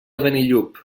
benillup